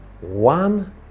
one